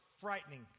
frightening